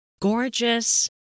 gorgeous